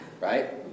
right